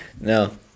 No